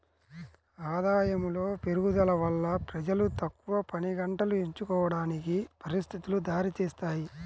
ఆదాయములో పెరుగుదల వల్ల ప్రజలు తక్కువ పనిగంటలు ఎంచుకోవడానికి పరిస్థితులు దారితీస్తాయి